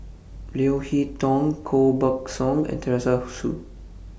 Leo Hee Tong Koh Buck Song and Teresa Hsu